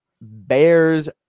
Bears